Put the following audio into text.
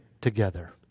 together